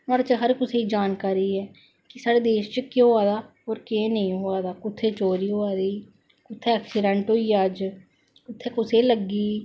नुआडे च हर कुसे गी जानकारी थ्होंदी ऐ साढ़े देश के होआ दा और के्ह नेई होआ दा कुत्थे चोरी होआ दी कुत्थै अक्सीडेंट होई गेआ अज्ज कुत्थै कुसेगी लग्गी गेई